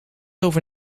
over